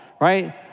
Right